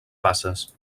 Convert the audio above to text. fases